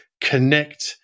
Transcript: connect